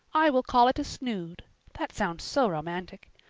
i will call it a snood that sounds so romantic.